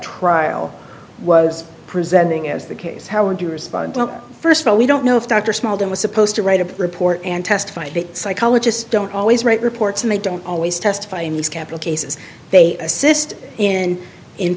trial was presenting as the case how would you respond first of all we don't know if dr small town was supposed to write a report and testify psychologist don't always write reports and they don't always testify in these capital cases they assist in in